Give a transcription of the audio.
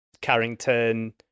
Carrington